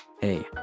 Hey